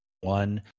one